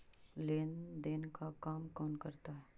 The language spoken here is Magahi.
लेन देन का काम कौन करता है?